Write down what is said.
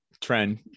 trend